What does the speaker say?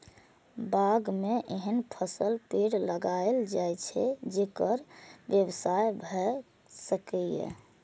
बाग मे एहन फलक पेड़ लगाएल जाए छै, जेकर व्यवसाय भए सकय